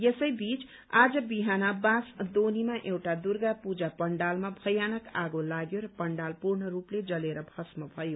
यसैबीच आज बिहान बाँसदोनीमा एउटा दुर्गा पूजा पण्डालमा भयानक आगो लाग्यो र पण्डाल पूर्णसूपले जलेर भष्म भयो